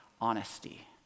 honesty